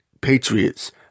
patriots